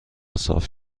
صاف